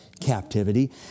captivity